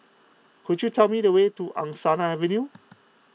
could you tell me the way to Angsana Avenue